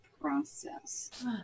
process